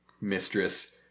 mistress